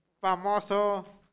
famoso